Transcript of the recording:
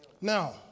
Now